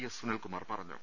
S Sunilkumar പറഞ്ഞു